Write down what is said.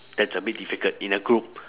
that's a bit difficult in a group